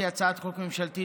שהיא הצעת חוק ממשלתית,